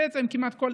בעצם, כמעט כל